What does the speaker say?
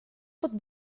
pot